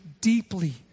deeply